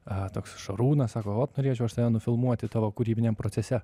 toks šarūnas sako ot norėčiau aš tave nufilmuoti tavo kūrybiniam procese